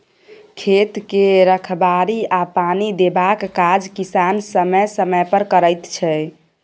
खेत के रखबाड़ी आ पानि देबाक काज किसान समय समय पर करैत छै